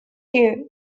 you